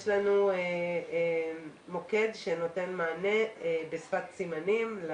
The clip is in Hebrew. יש לנו מוקד שנותן מענה לאוכלוסייה בשפת הסימנים.